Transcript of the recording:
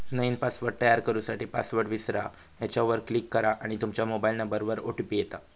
नईन पासवर्ड तयार करू साठी, पासवर्ड विसरा ह्येच्यावर क्लीक करा आणि तूमच्या मोबाइल नंबरवर ओ.टी.पी येता